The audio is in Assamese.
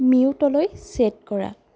মিউটলৈ ছেট কৰা